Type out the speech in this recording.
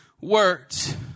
words